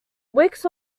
wickes